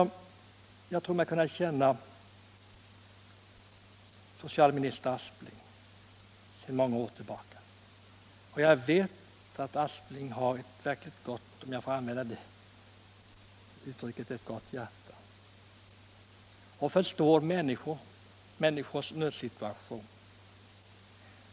Jag tror mig känna socialminister Aspling väl sedan många år tillbaka. Och jag vet att herr Aspling har — om jag får använda det uttrycket — ett gott hjärta och förstår människor i nödsituation.